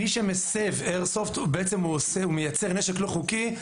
מי שמסב איירסופט בעצם מייצר נשק לא חוקי.